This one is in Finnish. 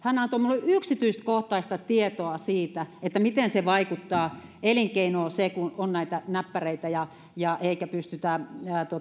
antoi minulle yksityiskohtaista tietoa siitä miten se vaikuttaa elinkeinoon kun on näitä näppäreitä ja ja ei pystytä